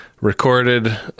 recorded